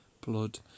Blood